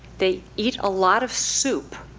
they eat a lot of soup.